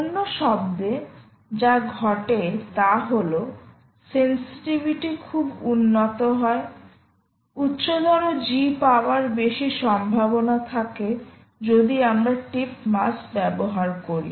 অন্য শব্দে যা ঘটে তা হল সেনসিটিভিটি খুব উন্নত হয় উচ্চতর G পাওয়ার বেশি সম্ভাবনা থাকে যদি আমরা টিপ মাস ব্যবহার করি